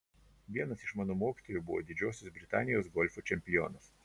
vienas iš mano mokytojų buvo didžiosios britanijos golfo čempionas